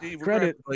credit